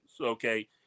okay